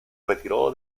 retiró